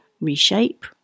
reshape